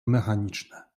mechaniczne